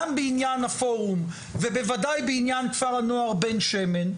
גם בעניין הפורום ובוודאי בעניין כפר הנוער בן שמן,